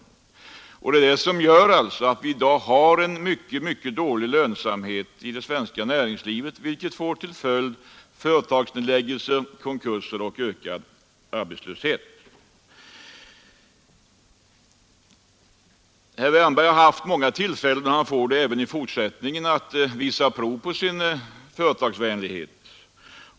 Det är alltså detta som gör att vi har en mycket dålig lönsamhet i det svenska näringslivet, vilket får till följd företagsnedläggelser, konkurser och ökad arbetslöshet. Herr Wärnberg har haft många tillfällen — och han får det även i fortsättningen — att visa prov på sin företagsvänlighet.